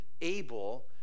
able